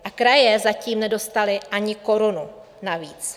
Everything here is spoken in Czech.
A kraje zatím nedostaly ani korunu navíc.